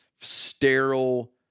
sterile